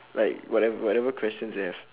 like whatever whatever questions you have